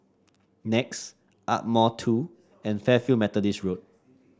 Nex Ardmore Two and Fairfield Methodist